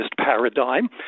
paradigm